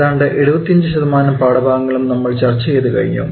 ഏതാണ്ട് 75 ശതമാനം പാഠഭാഗങ്ങളും നമ്മൾ ചർച്ച ചെയ്തു കഴിഞ്ഞു